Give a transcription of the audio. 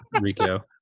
Rico